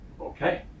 okay